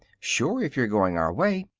sure, if you're going our way.